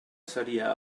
seria